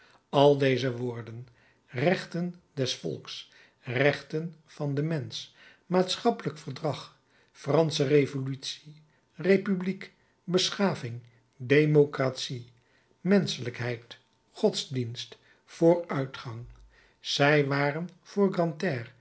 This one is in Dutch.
al deze woorden rechten des volks rechten van den mensch maatschappelijk verdrag fransche revolutie republiek beschaving democratie menschelijkheid godsdienst vooruitgang zij waren voor